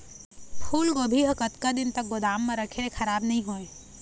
फूलगोभी हर कतका दिन तक गोदाम म रखे ले खराब नई होय?